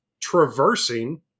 traversing